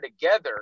together